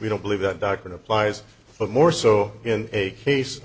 we don't believe that doctrine applies but more so in a case